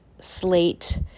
slate